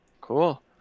Cool